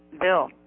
Bill